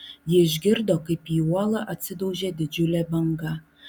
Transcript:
ji išgirdo kaip į uolą atsidaužė didžiulė banga